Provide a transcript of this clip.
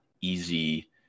easy